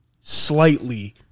slightly